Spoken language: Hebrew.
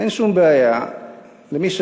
אין שום בעיה למי שרוצה,